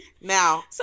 Now